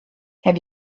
have